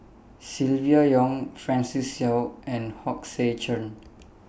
Silvia Yong Francis Seow and Hong Sek Chern